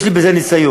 יש לי בזה ניסיון.